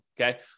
okay